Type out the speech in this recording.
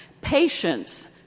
Patience